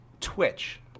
twitch